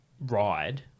ride